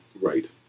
Right